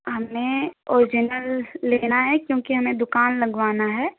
हमें ओरिजिनल लेना है क्योंकि हमें दुकान लगवाना है